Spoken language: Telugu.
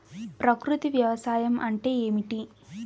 ప్రకృతి వ్యవసాయం అంటే ఏమిటి?